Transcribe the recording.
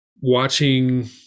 watching